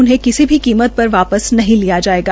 उन्हें किसी भी कीमत पर वापस नहीं लिया जाएगा